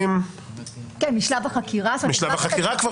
כן, משלב החקירה.